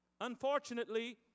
Unfortunately